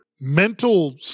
mental